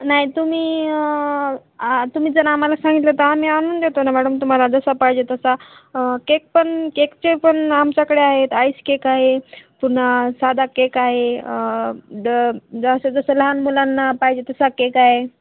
नाही तुम्ही आ तुम्ही जण आम्हाला सांगितलं तर आम्ही आणून देतो ना मॅडम तुम्हाला जसा पाहिजे तसा केक पण केकचे पण आमच्याकडे आहेत आईस केक आहे पुन्हा साधा केक आहे द जसं जसं लहान मुलांना पाहिजे तसा केक आहे